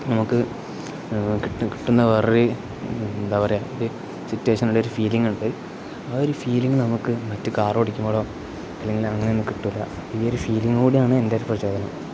നമുക്ക് കിട്ടിയ കിട്ടുന്ന വേറൊരു എന്താ പറയുക ഒരു സിറ്റുവേഷനുള്ള ഒരു ഫീലിംങ് ഉണ്ട് ആ ഒരു ഫീലിങ് നമുക്ക് മറ്റ് കാർ ഓടിക്കുമ്പോഴോ അല്ലെങ്കിൽ അങ്ങനെ തന്നെ കിട്ടില്ല ഈ ഒരു ഫീലിംങ് കൂടെയാണ് എൻ്റെ ഒരു പ്രചോദനം